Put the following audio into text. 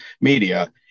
media